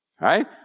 right